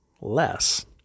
less